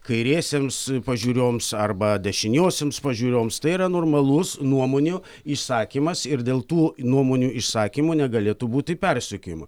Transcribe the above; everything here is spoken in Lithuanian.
kairiesiems pažiūroms arba dešiniosioms pažiūroms tai yra normalus nuomonių išsakymas ir dėl tų nuomonių išsakymo negalėtų būti persekiojama